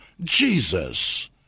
Jesus